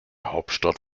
hauptstadt